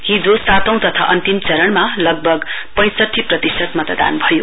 हिजो सातौं तथा अन्तिम चरणमा लगभग पैंसठी प्रतिशत मतदान भयो